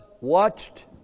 watched